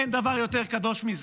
אין דבר יותר קדוש מזה,